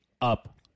up